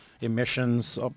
emissions